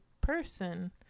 person